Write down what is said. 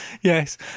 Yes